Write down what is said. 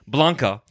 Blanca